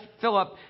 Philip